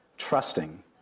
trusting